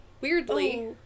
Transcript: Weirdly